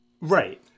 Right